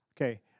okay